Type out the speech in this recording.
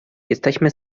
jesteśmy